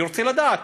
אני רוצה לדעת.